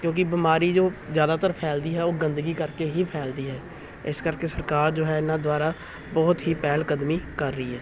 ਕਿਉਂਕਿ ਬਿਮਾਰੀ ਜੋ ਜ਼ਿਆਦਾਤਰ ਫੈਲਦੀ ਹੈ ਉਹ ਗੰਦਗੀ ਕਰਕੇ ਹੀ ਫੈਲਦੀ ਹੈ ਇਸ ਕਰਕੇ ਸਰਕਾਰ ਜੋ ਹੈ ਇਹਨਾਂ ਦੁਆਰਾ ਬਹੁਤ ਹੀ ਪਹਿਲ ਕਦਮੀ ਕਰ ਰਹੀ ਹੈ